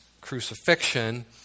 crucifixion